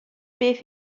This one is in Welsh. beth